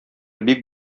бик